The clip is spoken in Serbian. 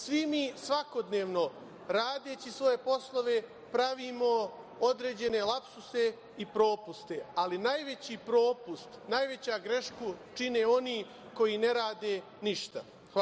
Svi mi svakodnevno radeći svoje poslove pravimo određene lapsuse i propuste, ali najveći propust, najveću grešku čine oni koji ne rade ništa.